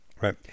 right